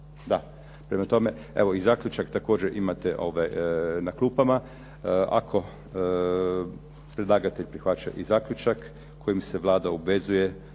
Da. Prema tome, evo i zaključak također imate na klupama. Ako predlagatelj prihvaća i zaključak kojim se Vlada obvezuje